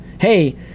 hey